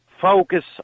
focus